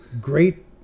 great